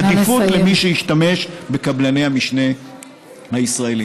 עדיפות למי שישתמש בקבלני המשנה הישראלים.